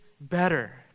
better